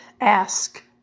Ask